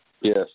Yes